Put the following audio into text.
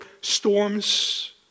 storms